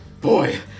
Boy